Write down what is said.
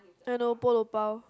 I know Polo-bao